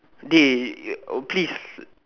dey please